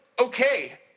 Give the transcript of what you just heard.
okay